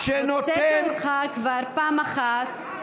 הוצאתי אותך כבר פעם אחת.